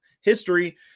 history